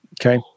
Okay